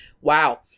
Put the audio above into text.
Wow